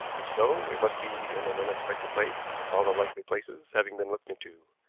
if so, it must be in an unexpected place, all the likely places having been looked into.